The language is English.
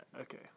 okay